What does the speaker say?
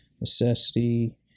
necessity